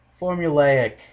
formulaic